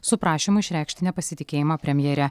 su prašymu išreikšti nepasitikėjimą premjere